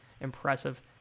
impressive